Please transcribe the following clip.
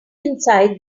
inside